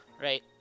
Right